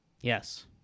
Yes